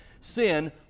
sin